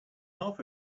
half